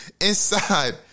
Inside